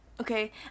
Okay